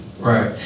Right